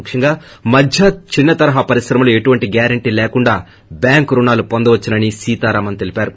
ముఖ్యంగా మధ్య చిన్న తరహా పరిశ్రమలు ఎలాంటి గ్యారెంటీ లేకుండా బ్యాంకు రుణాలు పొందవచ్చని సీతారామన్ తెలిపారు